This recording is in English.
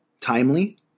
timely